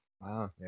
Wow